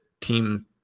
team